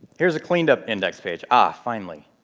here's a cleaned up index page ah, finally.